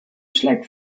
schlägt